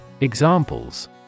Examples